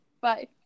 Bye